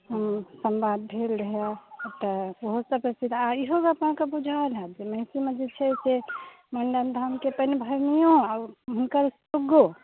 हँ सम्वाद भेल रहै ओतय ओहो से प्रसिद्ध आ इहो बात अहाँकेँ बूझल हैत जे महिषीमे जे छै से मण्डन धामके पानि भरनिओँ आ हुनकर सुग्गो